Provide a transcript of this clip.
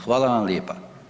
Hvala vam lijepa.